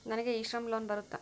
ನನಗೆ e Shram loan ಬರುತ್ತಾ?